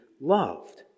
loved